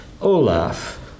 Olaf